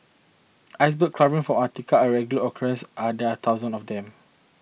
Icebergs calving from Antarctica are a regular occurrence and there are thousands of them